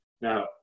Now